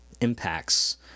impacts